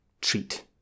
treat